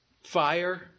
Fire